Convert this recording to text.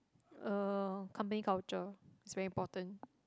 uh company culture is very important